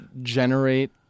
generate